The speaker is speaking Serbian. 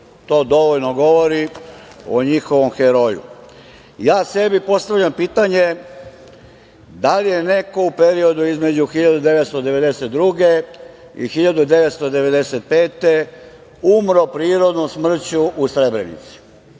To dovoljno govori o njihovom heroju. Ja sebi postavljam pitanje da li je neko u periodu između 1992. i 1995. godine umro prirodnom smrću u Srebrenici?